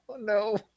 No